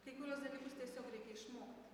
kai kuriuos dalykus tiesiog reikia išmokti